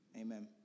Amen